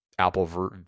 Apple